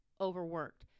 overworked